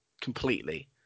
completely